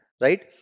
right